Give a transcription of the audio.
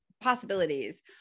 possibilities